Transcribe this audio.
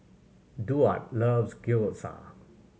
Duard loves Gyoza